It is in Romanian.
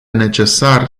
necesar